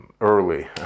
early